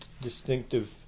distinctive